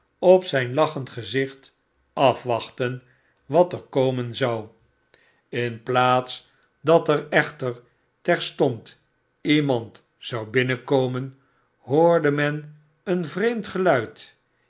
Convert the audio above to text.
op zijn lachend gezicht afwachten wat er komen zou in plaats dat er echter terstond iemand zou binnenkomen hoorde men een vreemd geluid